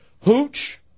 Hooch